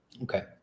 Okay